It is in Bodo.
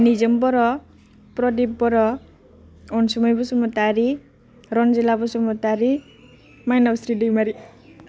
निजोम बर' प्रदिप बर' अनसुमै बसुमतारी रन्जिला बसुमतारी मायनावस्रि दैमारि